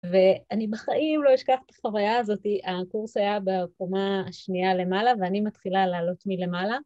ואני בחיים לא אשכח את החוויה הזאת, הקורס היה בקומה השנייה למעלה ואני מתחילה לעלות מלמעלה.